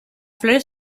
flores